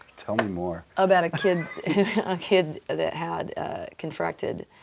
tell me more. about a kid a kid that had contracted